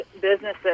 businesses